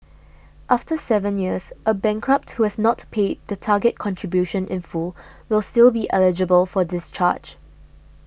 after seven years a bankrupt who has not paid the target contribution in full will still be eligible for discharge